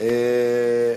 רבה לך, אדוני.